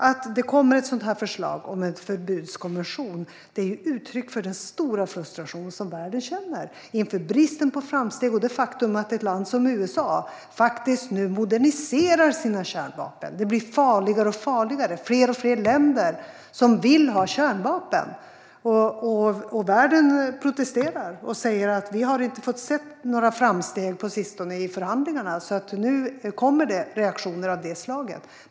Att det kommer ett sådant här förslag om en förbudskonvention är ju ett uttryck för den stora frustration som världen känner inför bristen på framsteg och det faktum att ett land som USA faktiskt nu moderniserar sina kärnvapen. Det blir farligare och farligare och fler och fler länder som vill ha kärnvapen. Världen protesterar och säger att vi inte har fått se några framsteg på sistone i förhandlingarna, och därför kommer det nu reaktioner av det slaget.